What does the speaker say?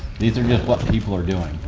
these are just what people are doing.